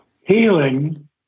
Healing